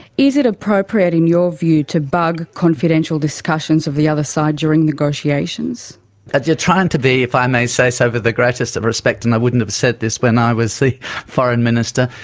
is it appropriate, in your view, to bug confidential discussions of the other side during negotiations ah you're trying to be, if i may say so with the greatest of respect and i wouldn't have said this when i was the foreign minister,